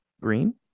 green